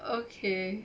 okay